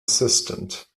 assistant